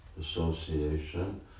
association